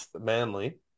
Manly